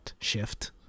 shift